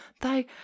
thy